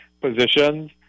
positions